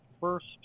first